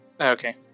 Okay